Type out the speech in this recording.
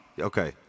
okay